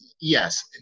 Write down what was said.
Yes